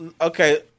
okay